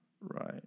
right